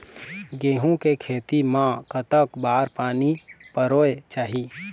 गेहूं के खेती मा कतक बार पानी परोए चाही?